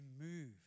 move